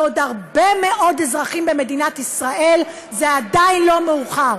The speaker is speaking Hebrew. לעוד הרבה מאוד אזרחים במדינת ישראל זה עדיין לא מאוחר.